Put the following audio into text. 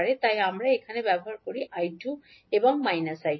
তাই আমরা এখানে ব্যবহার করি −𝐈2 বরং 𝐈2